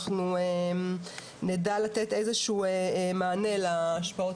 אנחנו נדע לתת איזשהו מענה להשפעות